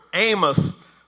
Amos